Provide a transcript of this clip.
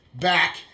back